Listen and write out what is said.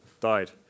died